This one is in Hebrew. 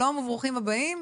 שלום וברוכים הבאים.